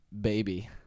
baby